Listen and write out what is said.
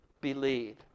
believe